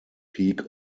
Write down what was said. peak